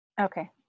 Okay